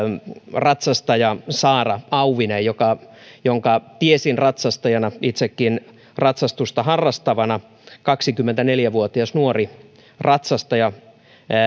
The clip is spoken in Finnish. ratsastaja saara auvinen jonka tiesin ratsastajana itsekin ratsastusta harrastavana kaksikymmentäneljä vuotias nuori ratsastaja